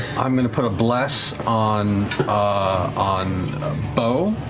i'm going to put a bless on on beau.